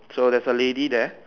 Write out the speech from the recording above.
so there's a lady there